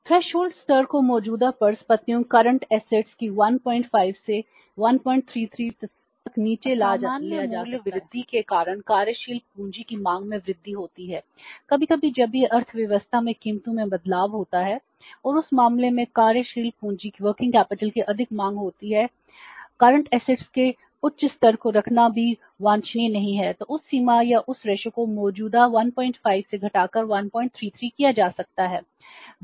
threshold स्तर को मौजूदा परिसंपत्तियों को मौजूदा 150 से घटाकर 133 किया जा सकता है